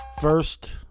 First